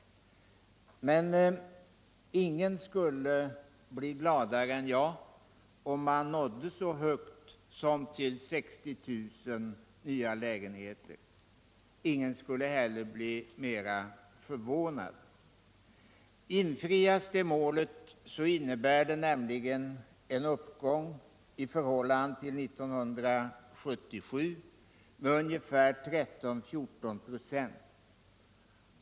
Men ingen skulle bli gladare än jag om man nådde så högt som till 60 000 —- ingen skulle heller bli mer förvånad. Infrias det målet innebär det nämligen en uppgång i förhållande till 1977 med ungefär 13-14 24.